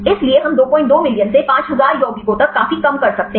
इसलिए हम 22 मिलियन से 5000 यौगिकों तक काफी कम कर सकते हैं